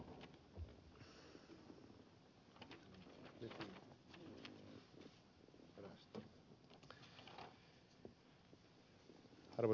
arvoisa puhemies